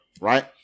Right